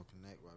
Connect